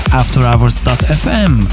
afterhours.fm